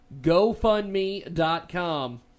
GoFundMe.com